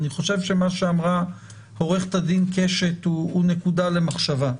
אני חושב שמה שאמרה עו"ד קשת הוא נקודה למחשבה.